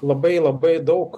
labai labai daug